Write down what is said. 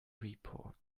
report